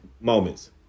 moments